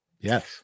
Yes